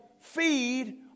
feed